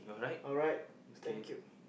alright thank you